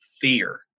fear